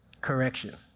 correction